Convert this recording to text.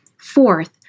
Fourth